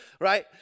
Right